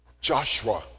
Joshua